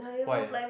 why